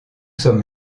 sommes